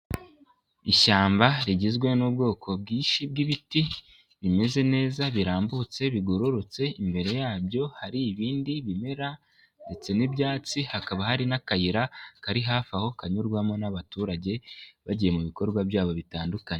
Ishyamba rigizwe n'ubwoko bwinshi bw'ibiti bimeze neza birambutse bigororotse, imbere yabyo hari ibindi bimera ndetse n'ibyatsi, hakaba hari n'akayira kari hafi aho kanyurwamo n'abaturage bagiye mu bikorwa byabo bitandukanye.